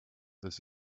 this